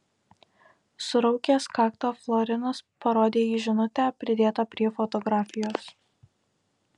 suraukęs kaktą florinas parodė į žinutę pridėtą prie fotografijos